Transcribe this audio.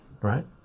right